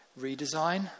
redesign